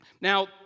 Now